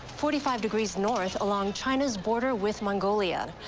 forty five degrees north along china's border with mongolia.